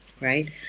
right